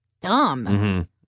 dumb